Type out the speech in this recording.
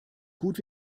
gut